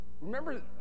remember